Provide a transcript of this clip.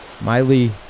miley